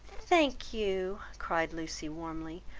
thank you, cried lucy warmly,